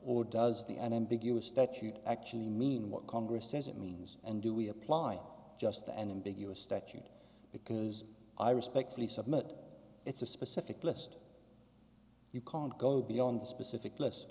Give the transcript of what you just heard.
or does the an ambiguous statute actually mean what congress says it means and do we apply just to an ambiguous statute because i respectfully submit it's a specific list you can't go beyond the specific list